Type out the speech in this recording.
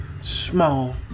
Small